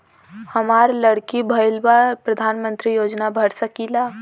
हमार लड़की भईल बा प्रधानमंत्री योजना भर सकीला?